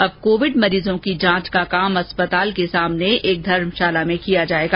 अब कोविड मरीजों की जांच का काम अस्पताल के सामने एक धर्मशाला में किया जायेगा